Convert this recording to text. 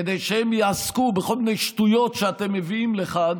כדי שהם יעסקו בכל מיני שטויות שאתם מביאים לכאן,